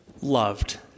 loved